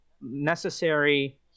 Necessary